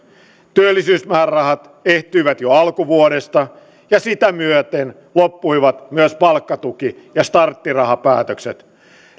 työllisyysmäärärahat ehtyivät jo alkuvuodesta ja sitä myöten loppuivat myös palkkatuki ja starttirahapäätökset